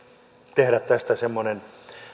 tehdä semmoisen